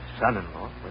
son-in-law